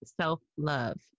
self-love